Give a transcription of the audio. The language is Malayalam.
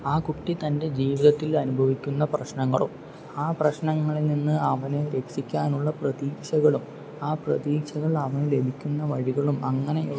ആ കുട്ടി തൻ്റെ ജീവിതത്തിൽ അനുഭവിക്കുന്ന പ്രശ്നങ്ങളോ ആ പ്രശ്നങ്ങളിൽ നിന്ന് അവന് രക്ഷിക്കാനുള്ള പ്രതീഷകളും ആ പ്രതീഷകൾ അവന് ലഭിക്കുന്ന വഴികളും അങ്ങനെയുള്ള